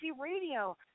Radio